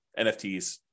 NFTs